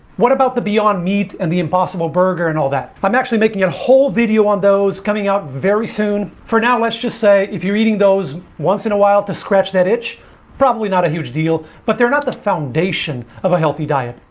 what about the beyond meat and the impossible burger and all that? i'm actually making a whole video on those coming out very soon for now let's just say if you're eating those once in a while to scratch that itch probably not a huge deal but they're not the foundation of a healthy diet.